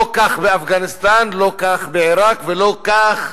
לא כך באפגניסטן, לא כך בעירק ולא כך